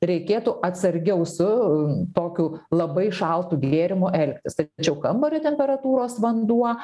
reikėtų atsargiau su tokiu labai šaltu gėrimu elgtis tačiau kambario temperatūros vanduo